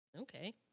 Okay